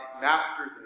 masters